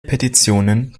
petitionen